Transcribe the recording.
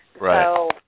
Right